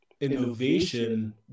innovation